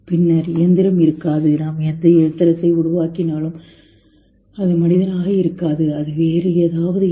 பின்னர் இயந்திரம் இருக்காது நாம் எந்த இயந்திரத்தை உருவாக்கினாலும் அது மனிதனாக இருக்காது அது வேறு ஏதாவது இருக்கும்